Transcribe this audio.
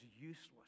useless